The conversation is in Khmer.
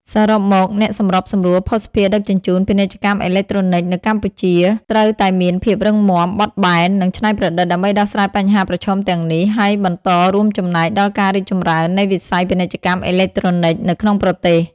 សរុបមក អ្នកសម្របសម្រួលភស្តុភារដឹកជញ្ជូន ពាណិជ្ជកម្មអេឡិចត្រូនិកនៅកម្ពុជាត្រូវតែមានភាពរឹងមាំ បត់បែន និងច្នៃប្រឌិត ដើម្បីដោះស្រាយបញ្ហាប្រឈមទាំងនេះ ហើយបន្តរួមចំណែកដល់ការរីកចម្រើននៃវិស័យពាណិជ្ជកម្មអេឡិចត្រូនិក នៅក្នុងប្រទេស។